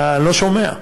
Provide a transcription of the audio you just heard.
אתה לא שומע.